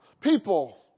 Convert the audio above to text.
people